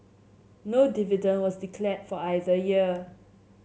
no dividend was declared for either year